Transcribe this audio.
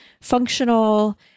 functional